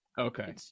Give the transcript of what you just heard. Okay